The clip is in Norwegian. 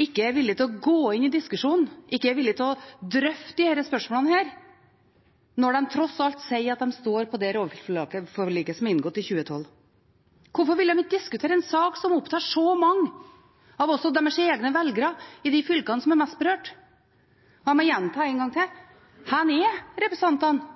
ikke er villig til å gå inn i diskusjonen, ikke er villig til å drøfte disse spørsmålene, når de tross alt sier at de står på det rovviltforliket som er inngått i 2012. Hvorfor vil de ikke diskutere en sak som opptar så mange – også av deres egne velgere i de fylkene som er mest berørt? La meg gjenta en gang til: Hvor er